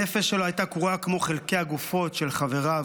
הנפש שלו הייתה קרועה כמו חלקי הגופות של חבריו,